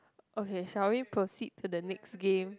okay shall we proceed to the next game